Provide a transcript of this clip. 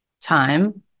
time